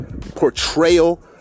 portrayal